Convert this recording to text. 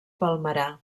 palmerar